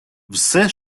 все